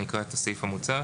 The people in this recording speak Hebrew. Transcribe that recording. אני אקרא את הסעיף המוצע.